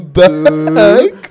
back